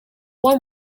one